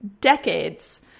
decades